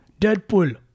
Deadpool